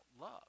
love